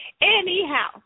Anyhow